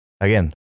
Again